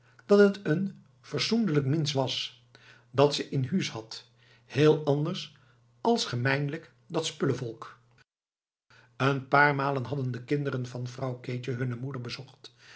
dat t en fersoendelik mins was dat ze in huus had heel anders as gemeinlijk dat spullevolk een paar malen hadden de kinderen van vrouw keetje hunne moeder bezocht